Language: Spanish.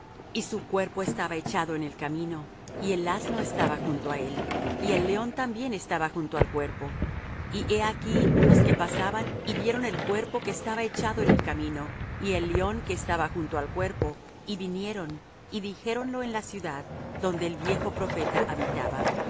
y su cuerpo estaba echado en el camino y el asno estaba junto á él y el león también estaba junto al cuerpo y he aquí unos que pasaban y vieron el cuerpo que estaba echado en el camino y el león que estaba junto al cuerpo y vinieron y dijéronlo en la ciudad donde el viejo profeta habitaba